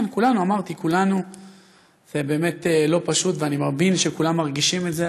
זה באמת לא פשוט, ואני מבין שכולנו מרגישים את זה.